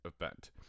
event